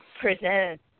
present